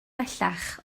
bellach